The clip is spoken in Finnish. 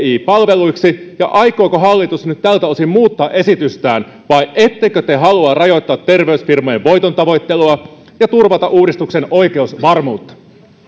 palveluiksi ja aikooko hallitus nyt tältä osin muuttaa esitystään vai ettekö te halua rajoittaa terveysfirmojen voitontavoittelua ja turvata uudistuksen oikeusvarmuutta